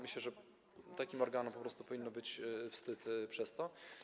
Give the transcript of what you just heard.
Myślę, że takim organom po prostu powinno być wstyd przez to.